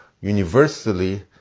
universally